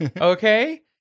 okay